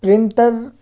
printer